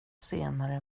senare